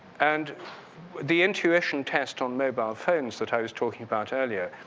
and the intuition test on mobile phones that i was talking about earlier.